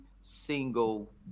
single